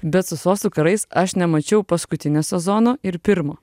bet su sostų karais aš nemačiau paskutinio sezono ir pirmo